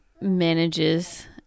manages